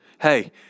hey